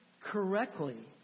correctly